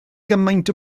gymaint